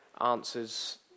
answers